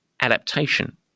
adaptation